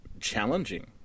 challenging